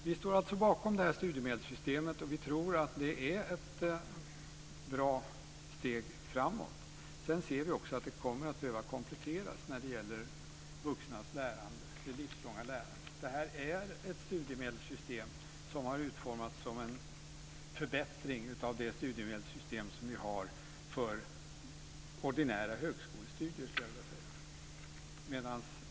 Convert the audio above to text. Vi står alltså bakom det här studiemedelssystemet och vi tror att det är ett bra steg framåt. Sedan ser vi också att det kommer att behöva kompletteras när det gäller vuxnas lärande, det livslånga lärandet. Det här är ett studiemedelssystem som har utformats som en förbättring av det studiemedelssystem som vi har för ordinära högskolestudier, skulle jag vilja säga.